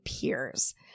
peers